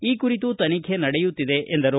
ಈ ಕುರಿತು ತನಿಖೆ ನಡೆಯುತ್ತಿದೆ ಎಂದರು